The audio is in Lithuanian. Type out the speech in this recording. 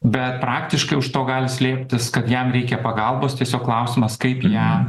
bet praktiškai už to gali slėptis kad jam reikia pagalbos tiesiog klausimas kaip ją